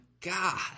God